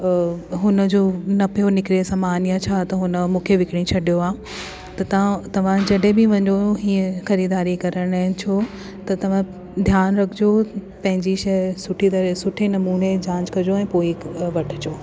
अ हुन जो न पियो निकिरे सामान या छा त हुन मूंखे विकणी छॾियो आ त ता तवां जॾहिं बि वञो हीअं ख़रीदारी करणु ऐं छो त तवां ध्यानु रखिजो पंहिंजी शइ सुठी तरह सुठे नमूने जांच कजो ऐं पो ई वठिजो